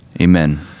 Amen